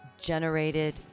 generated